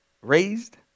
Raised